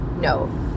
no